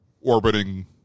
orbiting